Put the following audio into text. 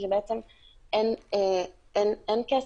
היא בעצם - אין כסף,